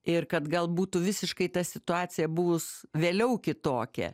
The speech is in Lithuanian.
ir kad gal būtų visiškai ta situacija buvus vėliau kitokia